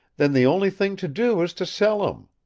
then the only thing to do is to sell him.